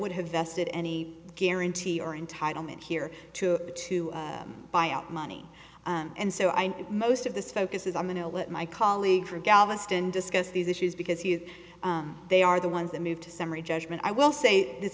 would have vested any guarantee or entitlement here to to buy out money and so i know most of this focus is i'm going to let my colleague from galveston discuss these issues because he is they are the ones that move to summary judgment i will say this